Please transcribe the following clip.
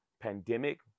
pandemic